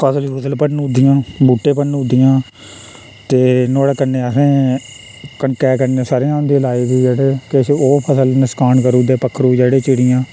फसल फुसल भन्नु दियां बूह्टे भन्नू दियां ते नुहाड़े कन्नै असें कनकै कन्नै सरे'आं होंदी लाई दी जेह्ड़े किश ओह् फसल नकसान करुदे पक्खरु जेह्ड़े चिड़ियां